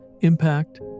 impact